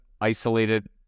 isolated